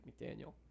McDaniel